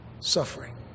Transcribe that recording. suffering